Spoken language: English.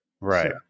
Right